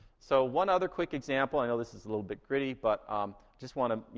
so one other quick example i know this is a little bit gritty, but just want to, you